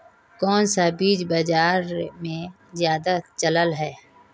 कोन सा बीज बाजार में ज्यादा चलल है?